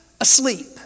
asleep